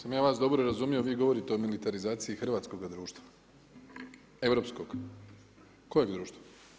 Ako sam vas ja dobro razumio vi govorite o militarizaciji hrvatskoga društva, europskog, kojeg društva?